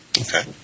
Okay